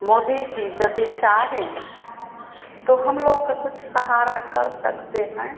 मोदी जी यदि चाहें तो हमलोगों का कुछ सहारा कर सकते हैं